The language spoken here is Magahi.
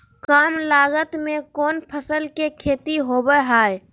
काम लागत में कौन फसल के खेती होबो हाय?